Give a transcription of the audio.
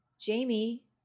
Jamie